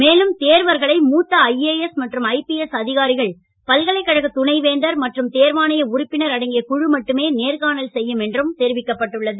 மேலும் தேர்வர்களை மூத்த ஐஏஎஸ் மற்றும் ஐபிஎஸ் அதிகாரிகள் பல்கலைக்கழக துணைவேந்தர் மற்றும் தேர்வாணைய உறுப்பினர் அடங்கிய குழு மட்டுமே நேர்காணல் செய்யும் என்றும் தெரிவிக்கப்பட்டுள்ளது